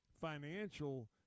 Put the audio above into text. financial